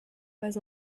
pas